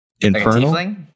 Infernal